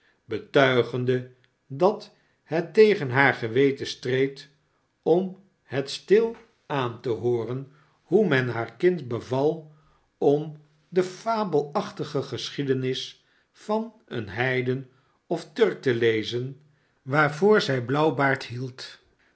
betuigende dat het tegen haar geweten streed om het stil aan te hooren hoe men haar kind beval om de fabelachtige geschiedenis van een heiden of turk te lezen waarvoor zij blauwbaard hield